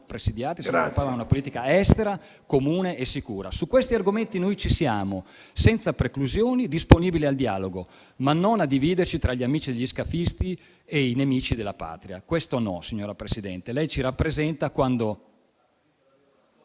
estera e ci sarà una politica estera comune e sicura. Su questi argomenti noi ci siamo senza preclusioni, disponibili al dialogo, ma non dividiamoci tra gli amici degli scafisti e i nemici della Patria. Questo no, signora Presidente, lei ci rappresenta quando…